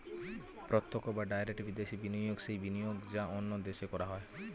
প্রত্যক্ষ বা ডাইরেক্ট বিদেশি বিনিয়োগ সেই বিনিয়োগ যা অন্য দেশে করা হয়